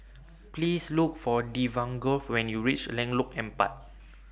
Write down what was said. Please Look For Devaughn when YOU REACH Lengkok Empat